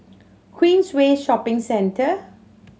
Queensway Shopping Centre